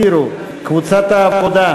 סעיף 16,